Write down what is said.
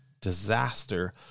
disaster